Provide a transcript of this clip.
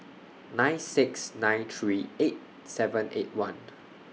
nine six nine three eight seven eight one